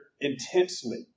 intensely